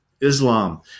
Islam